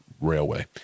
railway